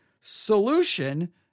solution